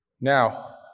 Now